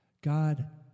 God